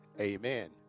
Amen